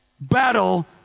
battle